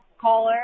caller